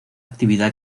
actividad